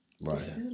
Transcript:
right